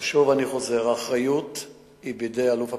שוב אני חוזר: האחריות היא בידי אלוף הפיקוד,